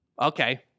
Okay